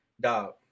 dog